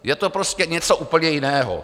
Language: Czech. Je to prostě něco úplně jiného.